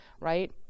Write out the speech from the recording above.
right